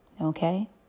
okay